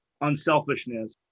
unselfishness